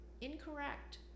incorrect